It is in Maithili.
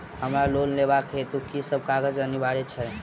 हमरा लोन लेबाक हेतु की सब कागजात अनिवार्य छैक?